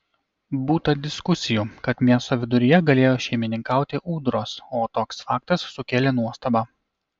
būta diskusijų kad miesto viduryje galėjo šeimininkauti ūdros o toks faktas sukėlė nuostabą